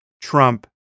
Trump